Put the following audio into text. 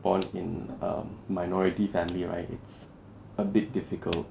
born in a minority family right it's a bit difficult